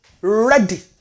ready